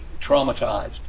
traumatized